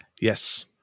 Yes